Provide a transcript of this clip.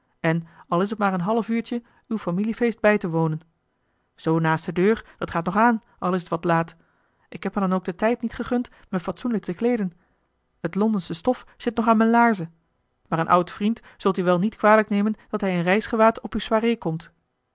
en al is t maar een half uurtje uw familiefeest bij te wonen zoo naast de deur dat gaat nog aan al is t wat laat ik heb me dan ook den tijd eli heimans willem roda niet gegund me fatsoenlijk te kleeden t londensche stof zit nog aan mijne laarzen maar een oud vriend zult u het wel niet kwalijk nemen dat hij in reisgewaad op uwe soirée komt